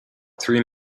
three